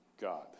God